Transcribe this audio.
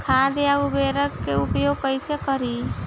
खाद व उर्वरक के उपयोग कइसे करी?